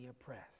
oppressed